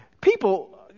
people